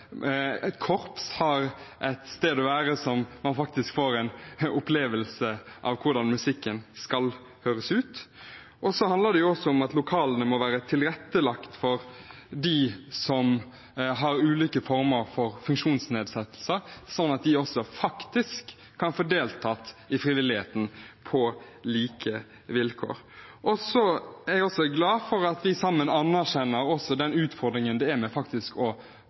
korps har et sted å være der man faktisk får en opplevelse av hvordan musikken skal høres ut, og så handler det også om at lokalene må være tilrettelagt for dem som har ulike former for funksjonsnedsettelser, sånn at de faktisk kan få deltatt i frivilligheten på like vilkår. Jeg er også glad for at vi sammen anerkjenner den utfordringen det faktisk er å booke et lokale, booke et rom, og